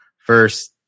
first